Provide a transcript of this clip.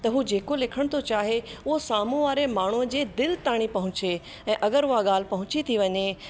त उहो जेको लिखण थो चाहे उहो साम्हूं वारे माण्हूअ जे दिलि ताणी पहुचे ऐं अगरि उहा ॻाल्हि पहुची थी वञे